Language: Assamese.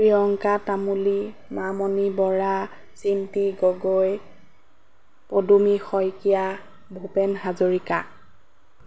প্ৰিয়ংকা তামুলী মামণি বৰা চিম্পী গগৈ পদুমী শইকীয়া ভূপেন হাজৰিকা